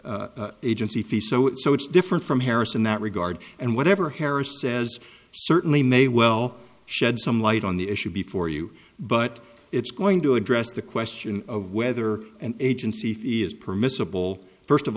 agency fee so so it's different from harris in that regard and whatever harris says certainly may well shed some light on the issue before you but it's going to address the question of whether an agency is permissible first of